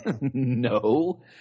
No